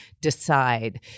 decide